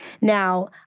Now